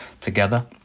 together